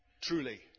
truly